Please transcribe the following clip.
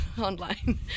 online